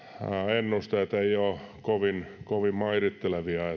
ennusteet eivät ole kovin kovin mairittelevia